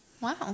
Wow